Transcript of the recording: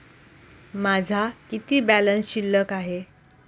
माझा किती बॅलन्स शिल्लक आहे?